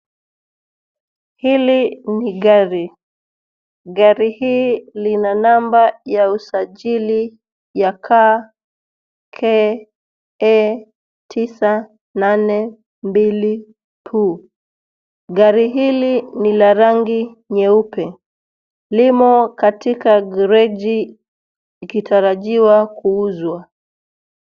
Hili ni gari. Gari hii lina namba ya usajili ya KCE 982P. Gari hili ni la rangi nyeupe . Limo katika gereji likitarajiwa kuuzwa.